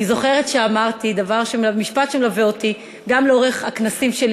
אני זוכרת שאמרתי משפט שמלווה אותי גם לאורך הכנסים שלי,